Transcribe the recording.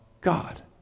God